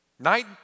Night